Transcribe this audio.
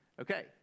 Okay